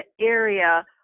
area